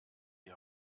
die